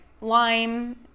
lime